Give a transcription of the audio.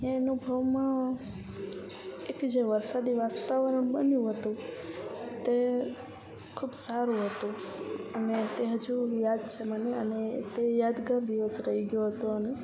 એ એનું પ્રમાણ એથી જે વરસાદી વાતાવરણ બન્યું હતું તે ખૂબ સારું હતું અને તે હજુ યાદ છે મને અને તે યાદગાર દિવસ રહી ગયો હતો અને